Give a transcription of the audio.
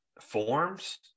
forms